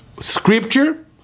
Scripture